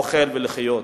אוכל ולחיות.